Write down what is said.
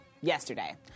Yesterday